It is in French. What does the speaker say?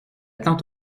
tante